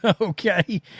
okay